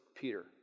Peter